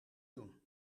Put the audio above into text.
doen